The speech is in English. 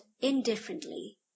indifferently